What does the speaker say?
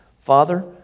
Father